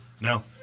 No